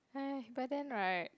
but then right